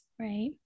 right